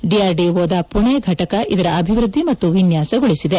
ಡಿಆರ್ಡಿಒದ ಪುಣೆ ಘಟಕ ಇದರ ಅಭಿವೃದ್ದಿ ಮತ್ತು ವಿನ್ಯಾಸಗೊಳಿಸಿದೆ